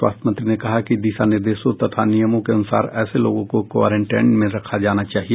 स्वास्थ्य मंत्री ने कहा कि दिशा निर्देशों तथा नियमों के अनुसार ऐसे लोगों को क्वारेंटाइन में रखा जाना चाहिए